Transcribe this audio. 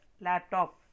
laptop